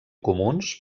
comuns